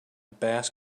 bass